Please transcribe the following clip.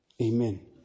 Amen